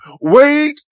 wait